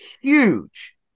huge